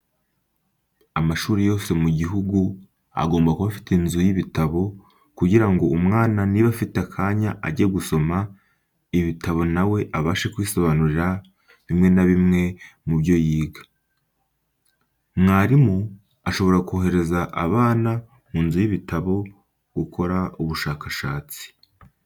Amashuri yose mu gihugu agomba kuba afite inzu y'ibitabo kugira ngo umwana niba afite akanya ajye gusoma ibitabo na we abashe kwisobanurira bimwe na bimwe mu byo yiga. Mwarimu ashobora kohereza abana mu nzu y'ibitabo gukora ubushakashatsi.